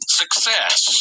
success